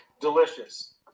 Delicious